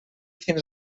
fins